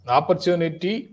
opportunity